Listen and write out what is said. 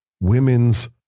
women's